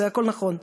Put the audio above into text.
הכול נכון.